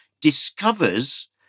discovers